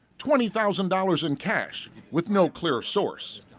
twenty thousand dollars in cash with no clear source.